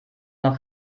noch